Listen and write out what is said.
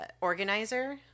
organizer